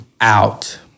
out